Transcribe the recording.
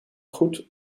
goed